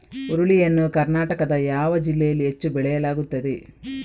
ಹುರುಳಿ ಯನ್ನು ಕರ್ನಾಟಕದ ಯಾವ ಜಿಲ್ಲೆಯಲ್ಲಿ ಹೆಚ್ಚು ಬೆಳೆಯಲಾಗುತ್ತದೆ?